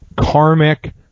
Karmic